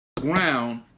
ground